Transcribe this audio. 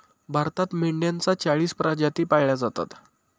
भारतात मेंढ्यांच्या चाळीस प्रजाती पाळल्या जातात